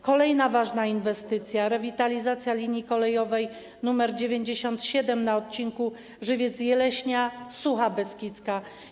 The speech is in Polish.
Kolejna ważna inwestycja: rewitalizacja linii kolejowej nr 97 na odcinku Żywiec - Jeleśnia - Sucha Beskidzka.